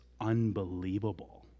unbelievable